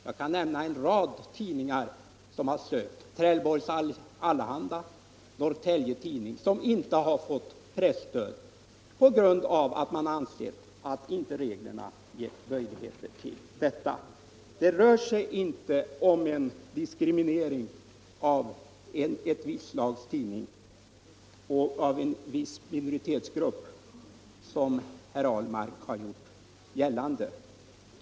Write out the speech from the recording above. Jag kan nämna en rad tidningar — Trelleborgs Allehanda, Norrtelje Tidning m.fl. — som har sökt men inte fått presstöd på grund av att man har ansett att reglerna inte gett möjligheter till detta. Det rör sig inte om en diskriminering av ett visst slags tidningar eller av en viss minoritetsgrupp, som herr Ahlmark har gjort gällande.